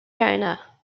china